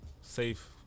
safe